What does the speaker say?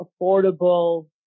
affordable